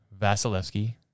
Vasilevsky